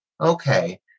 okay